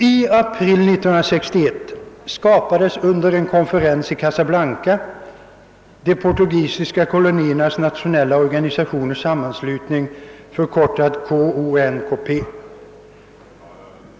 I april 1961 skapades under en konferens i Casablanca De portugisiska koloniernas nationella organisationers sammanslutning, förkortat CONCP.